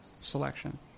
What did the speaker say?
selection